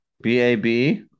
B-A-B